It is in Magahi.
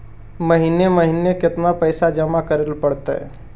महिने महिने केतना पैसा जमा करे पड़तै?